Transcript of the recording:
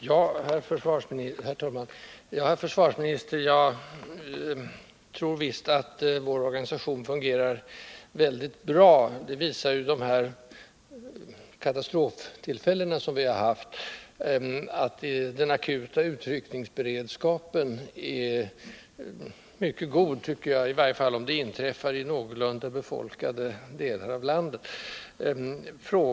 Herr talman! Jag tror visst, herr försvarsminister, att vår organisation fungerar mycket bra. De katastroftillfällen vi har haft har ju visat att den akuta utryckningsberedskapen är mycket god, i varje fall för sådant som inträffar i någorlunda befolkade delar av landet.